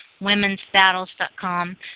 womensbattles.com